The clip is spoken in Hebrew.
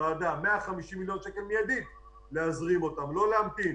150 מיליון שקל מידית להזרים, לא להמתין.